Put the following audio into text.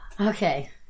Okay